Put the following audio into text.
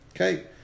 Okay